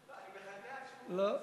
אדוני היושב-ראש, כבוד